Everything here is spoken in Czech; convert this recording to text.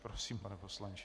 Prosím, pane poslanče.